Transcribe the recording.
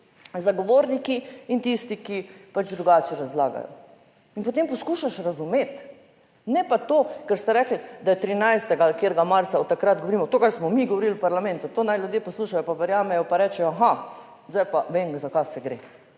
zagovorniki in tisti, ki pač drugače razlagajo. In potem poskušaš razumeti, ne pa to, kar ste rekli, da je 13. ali katerega marca od takrat govorimo; to, kar smo mi govorili v parlamentu, to naj ljudje poslušajo pa verjamejo pa rečejo, aha, zdaj pa vem, za kaj se gre?